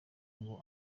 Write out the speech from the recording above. ngo